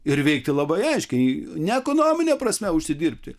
ir veikti labai aiškiai ne ekonomine prasme užsidirbti